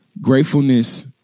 Gratefulness